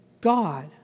God